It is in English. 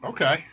Okay